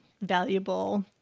valuable